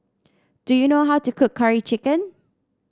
do you know how to cook Curry Chicken